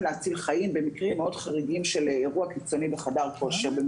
להציל חיים במקרים מאוד חריגים של אירוע קיצוני בחדר כושר.